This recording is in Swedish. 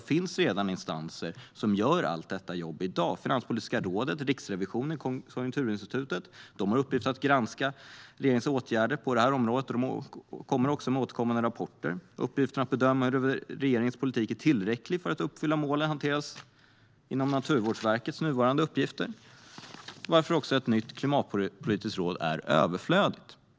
Det finns redan instanser som gör allt detta jobb i dag. Finanspolitiska rådet, Riksrevisionen och Konjunkturinstitutet har i uppgift att granska regeringens åtgärder på området. De kommer också att återkomma med rapporter. Uppgiften att bedöma huruvida regeringens politik är tillräcklig för att uppfylla målen hanteras av Naturvårdsverket inom ramen för dess nuvarande uppgifter, varför ett klimatpolitiskt råd är överflödigt.